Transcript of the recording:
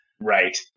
Right